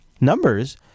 numbers